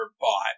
bought